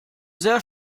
sehr